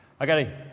Okay